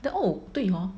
the oh 对 hor